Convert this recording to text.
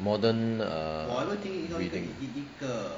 modern err breeding